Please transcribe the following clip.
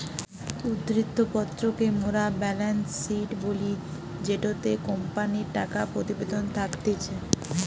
উদ্ধৃত্ত পত্র কে মোরা বেলেন্স শিট বলি জেটোতে কোম্পানির টাকা প্রতিবেদন থাকতিছে